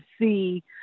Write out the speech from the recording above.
see